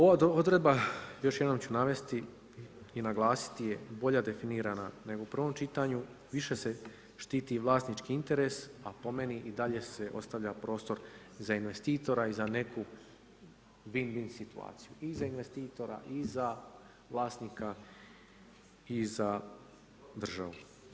Ova odredba, još jednom ću navesti i naglasiti bolje definirana nego u prvom čitanju, više se štiti vlasnički interes, a po meni i dalje se ostavlja prostor za investitora i za neku win win situaciju i za investitora i za vlasnika i za državu.